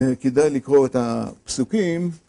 ‫כדאי לקרוא את הפסוקים.